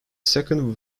second